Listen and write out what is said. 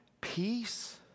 peace